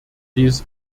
dies